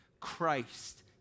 Christ